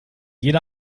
jeder